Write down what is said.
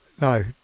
No